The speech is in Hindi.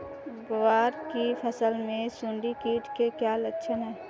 ग्वार की फसल में सुंडी कीट के क्या लक्षण है?